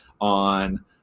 on